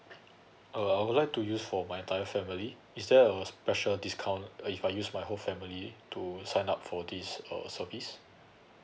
uh I would like to use for my entire family is there a special discount if I use my whole family to sign up for this uh service